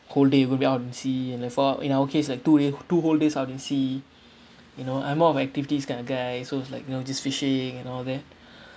whole day we'll be out on sea and and left out in our case like two day two whole days out in sea you know I'm more of activities kind of a guy so it was like you know just fishing and all that